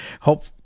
Hope